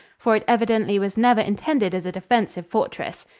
for it evidently was never intended as a defensive fortress.